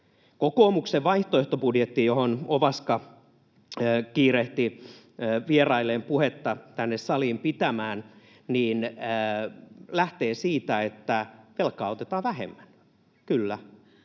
Kokoomuksen vaihtoehtobudjetti, josta Ovaska kiirehti vierailleen puhetta tänne saliin pitämään, lähtee siitä, että velkaa otetaan vähemmän. Kyllä.